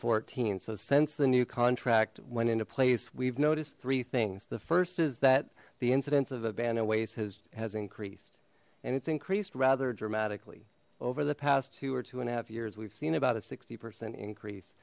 fourteen so since the new contract went into place we've noticed three things the first is that the incidence of abanda increased and it's increased rather dramatically over the past two or two and a half years we've seen about a sixty percent increase